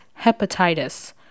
Hepatitis